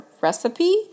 recipe